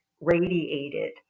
radiated